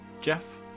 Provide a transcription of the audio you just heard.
Jeff